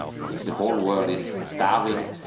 if the whole world is starving,